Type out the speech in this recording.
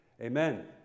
Amen